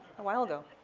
a while ago.